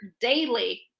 daily